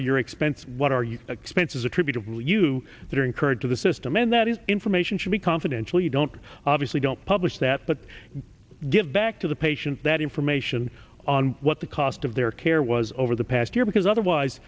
are your expense what are you expenses attributable you that are incurred to the system and that is information should be confidential you don't obviously don't publish that but give back to the patient that information on what the cost of their care was over the past year because otherwise